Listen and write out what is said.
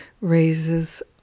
raises